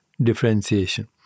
differentiation